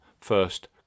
first